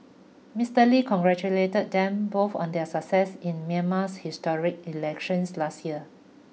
Mister Lee congratulated them both on their success in Myanmar's historic elections last year